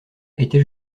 était